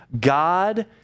God